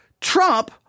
Trump